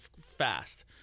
fast